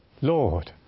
Lord